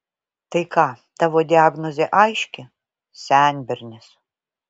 tai ką tavo diagnozė aiški senbernis